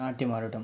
నాట్యం ఆడటం